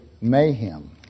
mayhem